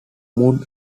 mood